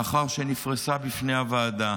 לאחר שנפרסה בפני הוועדה